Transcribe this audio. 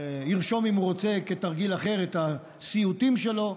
ירשום אם הוא רוצה, כתרגיל אחר, את הסיוטים שלו,